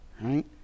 right